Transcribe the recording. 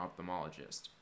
ophthalmologist